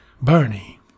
Bernie